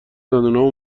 دندونامو